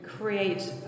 create